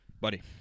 Buddy